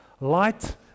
light